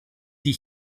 die